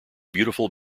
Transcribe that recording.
beautiful